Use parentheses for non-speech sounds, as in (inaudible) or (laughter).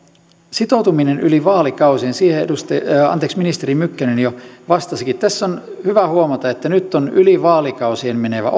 sitoutuminen yli vaalikausien siihen ministeri mykkänen jo vastasikin tässä on hyvä huomata että nyt on yli vaalikausien menevä (unintelligible)